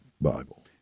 Bible